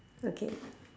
okay